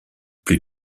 plus